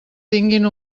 tinguin